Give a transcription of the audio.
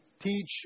teach